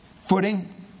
footing